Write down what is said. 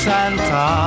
Santa